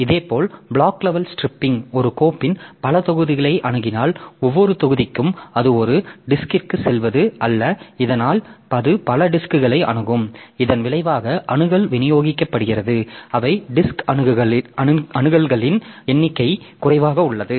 இதேபோல் block level stripping ஒரு கோப்பின் பல தொகுதிகளை அணுகினால் ஒவ்வொரு தொகுதிக்கும் அது ஒரே டிஸ்க்ற்கு செல்வது அல்ல இதனால் அது பல டிஸ்க்களை அணுகும் இதன் விளைவாக அணுகல் விநியோகிக்கப்படுகிறது அவை டிஸ்க் அணுகல்களின் எண்ணிக்கை குறைவாக உள்ளது